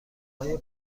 های